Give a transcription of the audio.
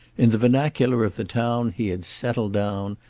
in the vernacular of the town he had settled down,